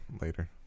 later